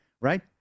right